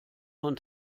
von